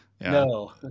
No